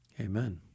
Amen